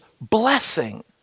blessing